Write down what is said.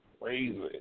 crazy